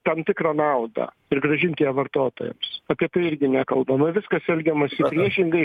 tam tikrą naudą ir grąžint ją vartotojams apie tai irgi nekalbama viskas elgiamasi priešingai